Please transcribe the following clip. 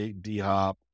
D-Hop